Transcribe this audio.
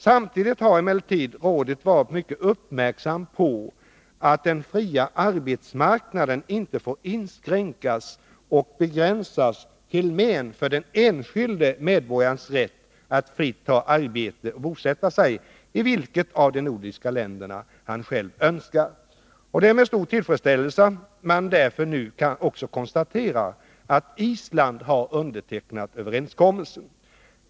Samtidigt har emellertid rådet varit mycket uppmärksamt på att den fria arbetsmarknaden inte får inskränkas och begränsas till men för den enskilde medborgarens rätt att fritt ta arbete och bosätta sig i vilket av de nordiska länderna han själv önskar. Det är med stor tillfredsställelse man därför nu kan konstatera att också Island undertecknat överenskommelsen.